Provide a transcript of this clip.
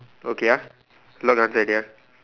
okay ah I lock answer already ah